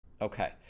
okay